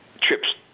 trips